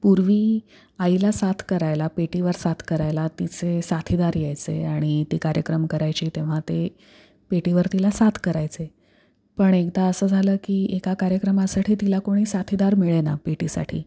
पूर्वी आईला साथ करायला पेटीवर साथ करायला तिचे साथीदार यायचे आणि ते कार्यक्रम करायचे तेव्हा ते पेटीवर तिला साथ करायचे पण एकदा असं झालं की एका कार्यक्रमासाठी तिला कोणी साथीदार मिळेना पेटीसाठी